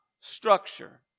structure